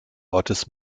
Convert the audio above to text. ortes